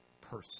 person